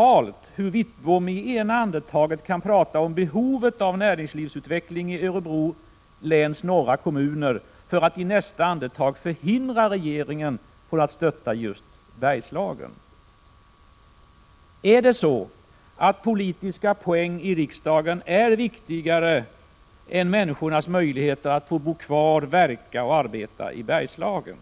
Jag undrar hur Wittbom i ena andetaget kan prata om behovet av näringslivsutveckling i Örebro läns norra kommuner och i nästa andetag hindra regeringen från att stötta just Bergslagen. Är politiska poäng i riksdagen viktigare än människornas möjligheter att bo kvar, verka och arbeta i Bergslagen?